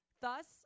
thus